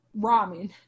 ramen